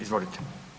Izvolite.